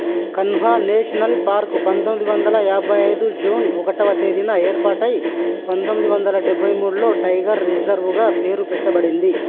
Kanha national park పంతొమ్మిది వందల యాభై ఐదు జూన్ ఒకటవ తేదీన ఏర్పాటై పంతొమ్మిది వందల డబ్బై మూడులో టైగర్ రిజర్వ్గా పేరు పెట్టబడింది